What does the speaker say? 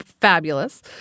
fabulous